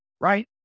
right